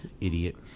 Idiot